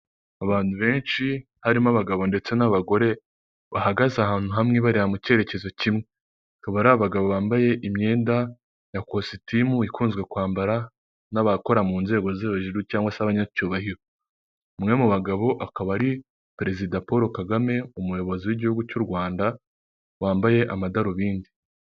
Abantu benshi harimo abagabo ndetse n'abagore bahagaze ahantu hamwe bareba mu cyerekezo kimwe, akaba ari abagabo bambaye imyenda ya kositimu ikunzwe kwambara n'abakora mu nzego zo hejuru cyangwa se abanyacyubahiro, umwe mu bagabo akaba ari perezida Paul Kagame umuyobozi w'igihugu cy'u Rwanda wambaye amadarubindi.